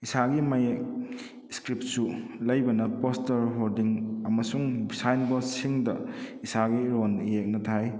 ꯏꯁꯥꯒꯤ ꯃꯌꯦꯛ ꯏꯁꯀ꯭ꯔꯤꯞꯁꯨ ꯂꯩꯕꯅ ꯄꯣꯁꯇꯔ ꯍꯣꯔꯗꯤꯡ ꯑꯃꯁꯨꯡ ꯁꯥꯏꯟ ꯕꯣꯔꯗꯁꯤꯡꯗ ꯏꯁꯥꯒꯤ ꯏꯔꯣꯟ ꯏꯌꯦꯛꯅ ꯊꯥꯏ